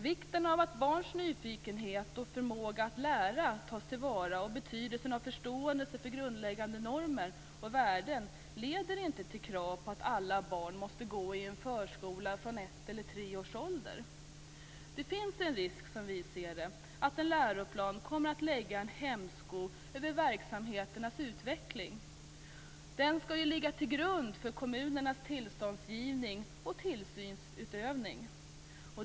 Vikten av att barns nyfikenhet och förmåga att lära tas till vara och betydelsen av förståelsen för grundläggande normer och värden leder inte till krav på att alla barn måste gå i förskola från ett eller tre års ålder. Det finns en risk, som vi ser det, att en läroplan kommer att lägga en hämsko över verksamheternas utveckling. Den skall ju ligga till grund för kommunernas tillståndsgivning och tillsynsutövning.